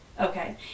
Okay